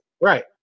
right